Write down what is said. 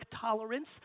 tolerance